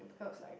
Rebecca was like